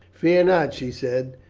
fear not, she said,